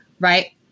Right